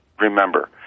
remember